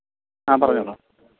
ആ പറഞ്ഞോളൂ